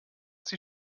sie